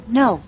no